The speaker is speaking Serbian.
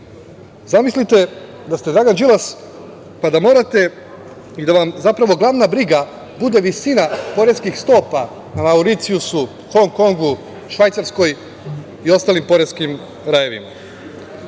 Zamislite da ste Dragan Đilas, pa da morate i da vam zapravo glavna briga bude visina poreskih stopa na Mauricijusu, Hong Kongu, Švajcarskoj i ostalim poreskim rajevima. Zamislite